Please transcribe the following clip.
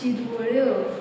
शिरवळ्यो